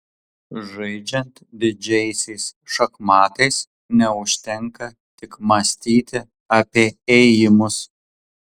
žaidžiant didžiaisiais šachmatais neužtenka tik mąstyti apie ėjimus